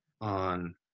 on –